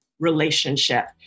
relationship